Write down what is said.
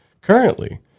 currently